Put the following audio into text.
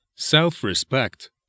Self-respect